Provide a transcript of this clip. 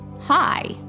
hi